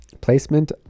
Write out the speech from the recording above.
placement